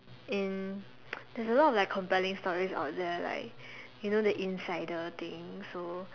and there's a lot of like compelling stories out there like you know the insider thing so